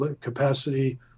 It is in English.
capacity